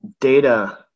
data